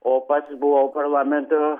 o pats buvau parlamento